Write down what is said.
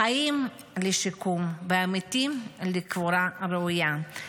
חיים, לשיקום, ומתים, לקבורה ראויה.